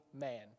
man